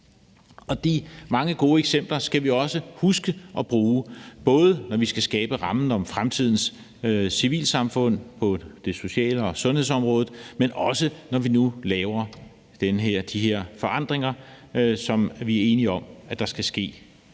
De mange gode eksempler skal vi også huske at bruge, både når vi skal skabe rammen om fremtidens civilsamfund på det sociale område og sundhedsområdet, men også, når vi nu laver de her forandringer, som vi er enige om at der skal ske.